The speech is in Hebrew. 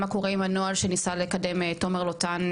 מה קורה עם הנוהל שניסה לקדם תומר לוטן,